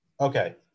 Okay